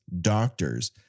doctors